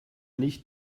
nicht